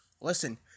Listen